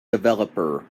developer